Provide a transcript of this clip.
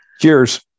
Cheers